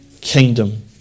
kingdom